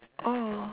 oh